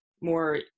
more